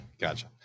gotcha